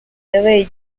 yabaye